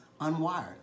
unwired